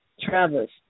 Travis